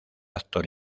actor